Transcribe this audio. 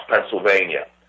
Pennsylvania